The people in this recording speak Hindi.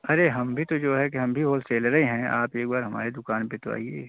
अरे हम भी तो जो है कि हम भी होलसेलर हैं आप एक बार हमारे दुकान पर तो आइए